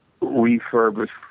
refurbished